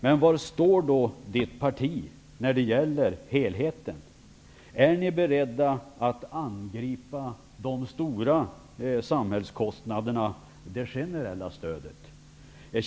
Men var står Harriet Collianders parti när det gäller helheten? Är ni beredda att angripa de stora samhällskostnaderna, det generella stödet?